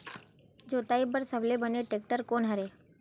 जोताई बर सबले बने टेक्टर कोन हरे?